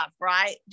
right